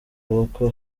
boko